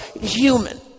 human